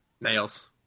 Nails